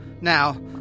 Now